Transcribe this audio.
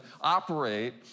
operate